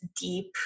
deep